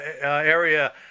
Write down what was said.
area